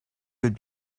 would